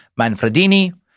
Manfredini